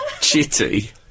chitty